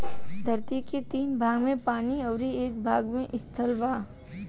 धरती के तीन भाग में पानी अउरी एक भाग में स्थल बा